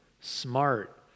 smart